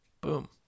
Boom